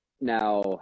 now